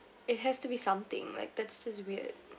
it has to be something like that's just weird